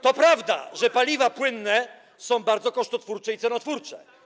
To prawda, że paliwa płynne są bardzo kosztotwórcze i cenotwórcze.